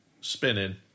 spinning